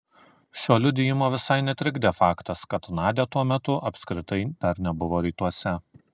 šio liudijimo visai netrikdė faktas kad nadia tuo metu apskritai dar nebuvo rytuose